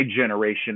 generation